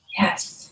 Yes